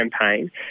campaign